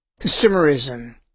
consumerism